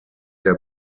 der